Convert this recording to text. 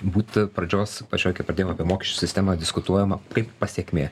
būt pradžios pačioj kai pradėjom apie mokesčių sistemą diskutuojama kaip pasekmė